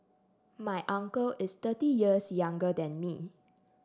my uncle is thirty years younger than me